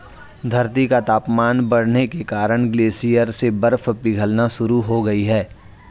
धरती का तापमान बढ़ने के कारण ग्लेशियर से बर्फ पिघलना शुरू हो गयी है